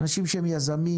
אנשים שהם יזמים,